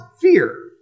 fear